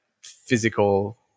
physical